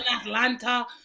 Atlanta